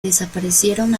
desaparecieron